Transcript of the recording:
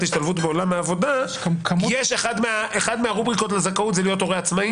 השתלבות בעולם העבודה אחד מהרובריקות לזכאות היא להיות הורה עצמאי?